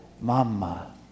mama